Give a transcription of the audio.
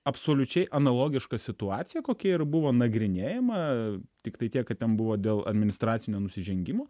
absoliučiai analogiška situacija kokia ir buvo nagrinėjama tiktai tiek kad ten buvo dėl administracinio nusižengimo